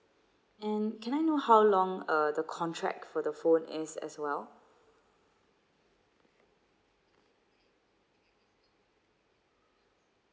and can I know how long uh the contract for the phone is as well